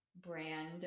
brand